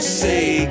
say